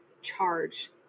charge